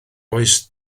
oes